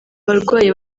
barwanyi